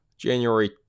January